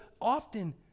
often